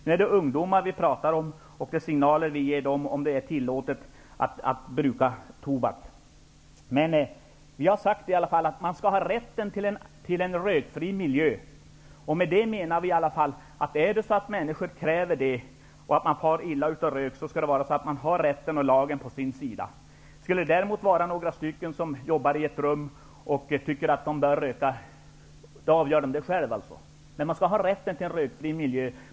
Nu är det ungdomar vi talar om och ifall vi ger dem signaler om att det är tillåtet att bruka tobak. Vi har sagt att man skall ha rätt till en rökfri miljö. Om människor kräver att få vistas i en rökfri miljö och om de far illa av tobaksrök, skall de ha lagen på sin sida. Om det däremot är fråga om några personer som arbetar i samma rum och som alla vill röka, så kan de avgöra det själva. Men man skall ha rätt att få vistas i en rökfri miljö.